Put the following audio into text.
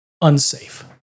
unsafe